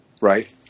Right